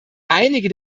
einige